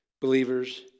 believers